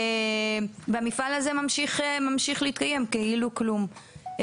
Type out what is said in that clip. והמפעל הזה ממשיך להתקיים כאילו כלום.